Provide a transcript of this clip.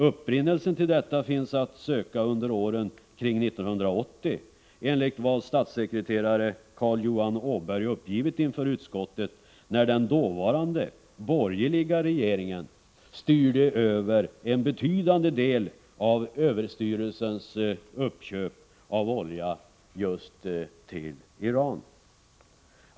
Upprinnelsen till detta finns att söka, enligt vad statssekreterare Carl-Johan Åberg uppgivit inför utskottet, under åren kring 1980 när den dåvarande borgerliga regeringen styrde över en betydande del av överstyrelsens uppköp av olja till Iran.